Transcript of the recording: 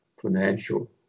financial